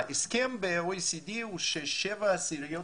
ההסכם ב-OECD הוא ש-0.7%